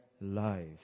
life